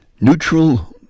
Neutral